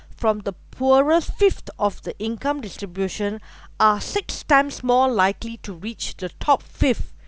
from the poorest fifth of the income distribution are six times more likely to reach the top fifth